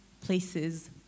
places